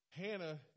Hannah